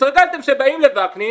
התרגלתם שבאים לווקנין,